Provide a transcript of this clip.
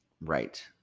Right